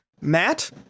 Matt